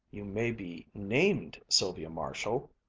you may be named sylvia marshall!